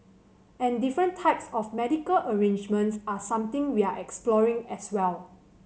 and different types of medical arrangements are something we're exploring as well